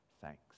thanks